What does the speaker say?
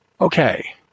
okay